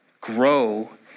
grow